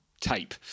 tape